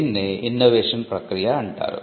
దీన్నే ఇన్నోవేషన్ ప్రక్రియ అంటారు